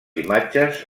imatges